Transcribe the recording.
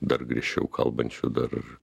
dar griežčiau kalbančių dar